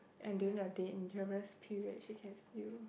and during a dangerous period she can still